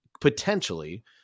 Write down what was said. potentially